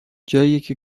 جاییکه